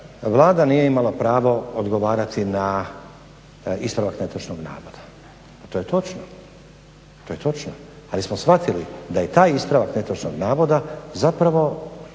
Vlada nije imala pravo odgovarati na ispravak netočnog navoda. To je točno ali smo shvatili da je taj ispravak netočnog navoda zapravo